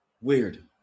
weird